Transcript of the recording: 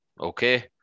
Okay